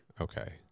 Okay